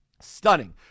stunning